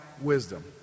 wisdom